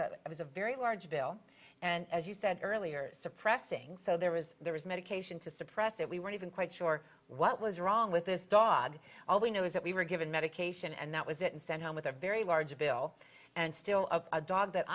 it was a very large bill and as you said earlier suppressing so there was there was medication to suppress it we weren't even quite sure what was wrong with this dog all we know is that we were given medication and that was it and sent home with a very large bill and still of a dog that